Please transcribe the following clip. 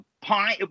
Pine